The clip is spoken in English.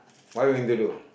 what are you going to do